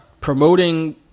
promoting